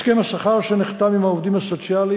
הסכם השכר שנחתם עם העובדים הסוציאליים